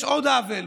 יש עוד עוול: